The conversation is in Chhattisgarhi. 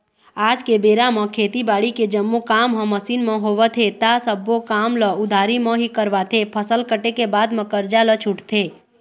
आज के बेरा म खेती बाड़ी के जम्मो काम ह मसीन म होवत हे ता सब्बो काम ल उधारी म ही करवाथे, फसल कटे के बाद म करजा ल छूटथे